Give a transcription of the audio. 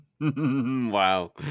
Wow